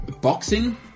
boxing